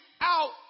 out